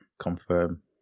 confirm